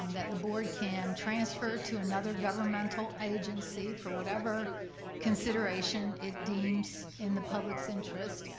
that the board can transfer to another governmental agency for whatever consideration it deems in the public's interest.